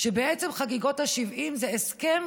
שבעצם חגיגות ה-70 זה הסכם